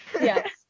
Yes